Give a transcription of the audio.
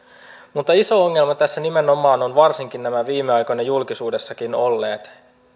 mutta iso ongelma tässä nimenomaan on varsinkin nämä viime aikoina julkisuudessakin olleet